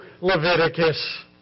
Leviticus